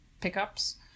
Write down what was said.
pickups